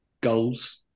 goals